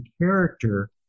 character